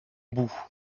bout